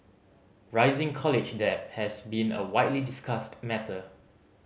rising college debt has been a widely discussed matter